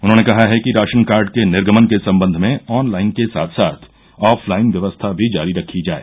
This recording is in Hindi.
उन्होंने कहा है कि राशन कार्ड के निर्गमन के सम्बन्ध में ऑनलाइन के साथ साथ ऑफलाइन व्यवस्था भी जारी रखी जाय